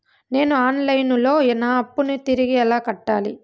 నేను online లో నా అప్పును తిరిగి ఎలా కట్టాలి?